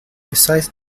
besides